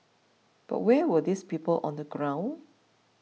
but where were these people on the ground